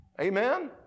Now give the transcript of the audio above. Amen